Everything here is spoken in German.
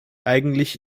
eigentlich